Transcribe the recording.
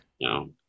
no